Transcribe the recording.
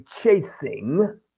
chasing